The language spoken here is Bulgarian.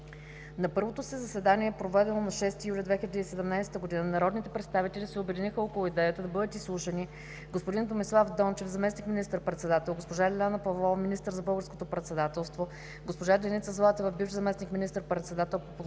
На първото си заседание, проведено на 6 юли 2017 г., народните представители се обединиха около идеята да бъдат изслушани: господин Томислав Дончев – заместник министър-председател, госпожа Лиляна Павлова – министър за Българското председателство, госпожа Деница Златева – бивш заместник министър-председател